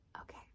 Okay